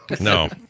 no